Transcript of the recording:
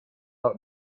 out